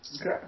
Okay